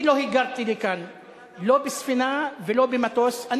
אני לא היגרתי לכאן, לא בספינה ולא במטוס.